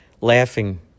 laughing